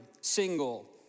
single